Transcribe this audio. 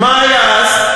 מה היה אז?